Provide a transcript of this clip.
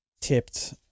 tipped